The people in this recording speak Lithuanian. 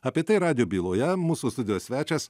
apie tai radijo byloje mūsų studijos svečias